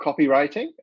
copywriting